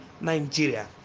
Nigeria